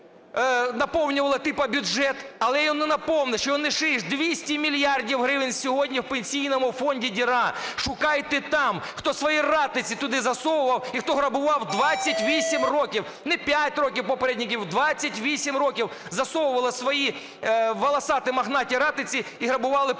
наповнювали типа бюджет. Але його не наповниш, його не зшиєш - 200 мільярдів гривень сьогодні в Пенсійному фонді діра, шукайте там, хто свої ратиці туди засовував і хто грабував 28 років, не 5 років попередників, 28 років засовували свої волосаті, мохнаті ратиці і грабували пенсіонерів.